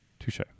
Touche